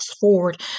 forward